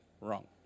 wrong